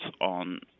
on